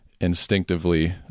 instinctively